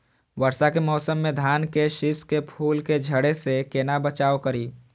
वर्षा के मौसम में धान के शिश के फुल के झड़े से केना बचाव करी?